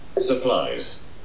Supplies